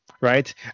right